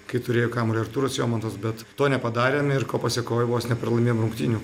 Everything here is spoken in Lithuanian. kai turėjo kamuolį artūras jomantas bet to nepadarėm ir ko pasėkoj vos nepralaimėjome rungtynių